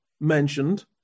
mentioned